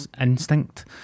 instinct